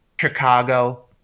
Chicago